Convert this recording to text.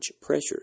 pressures